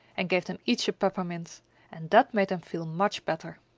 and gave them each a peppermint and that made them feel much better.